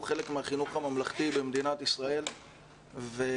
הוא חלק מהחינוך הממלכתי במדינת ישראל והסוגיה